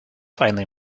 finally